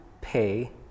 pay